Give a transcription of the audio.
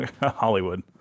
Hollywood